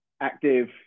active